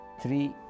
three